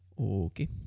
Okay